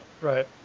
Right